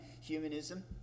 humanism